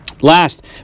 last